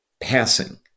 passing